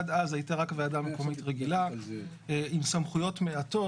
עד אז הייתה רק ועדה מקומית רגילה עם סמכויות מעטות,